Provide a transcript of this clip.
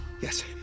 Yes